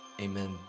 Amen